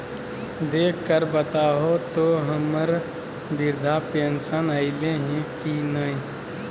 देख कर बताहो तो, हम्मर बृद्धा पेंसन आयले है की नय?